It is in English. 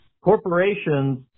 Corporations